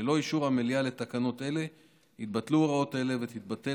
ללא אישור המליאה לתקנות אלה יתבטלו הוראות אלה ותתבטל